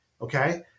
Okay